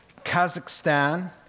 Kazakhstan